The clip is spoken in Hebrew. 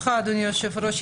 ברשותך אדוני היושב-ראש,